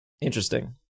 Interesting